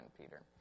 Peter